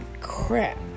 crap